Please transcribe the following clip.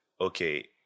Okay